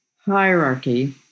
hierarchy